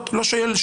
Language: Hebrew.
לא שואל.